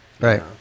Right